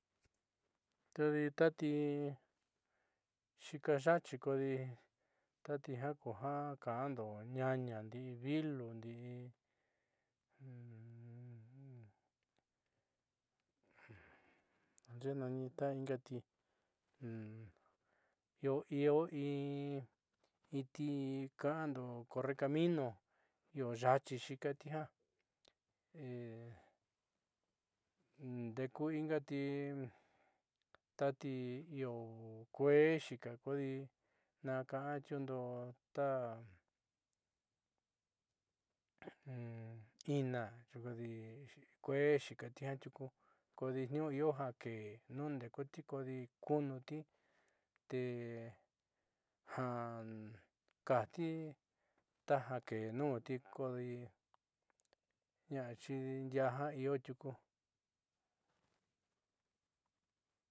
Kodi tati xiika ya'achi kodi tati jiaa kuja ka'ando ñaña ndi'i vilu ndi'i naaxeé nani ta ingati io in inti ka'ando correcamino io ya'ochi xiikati jiaa ndeku ingati tati io kueé xiika kodi naaka'antiundo ta ina kueé xiikati jiaa tiuku kodi tenuju io ja keé nundeékuti kodi kuunuti ja kujtitaja kee nuunti kodi na'axidi ndiaá jiaa iotiuku.